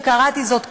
קראתי זאת קודם,